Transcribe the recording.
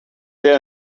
there